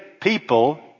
people